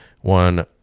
One